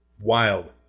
Wild